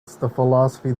philosophy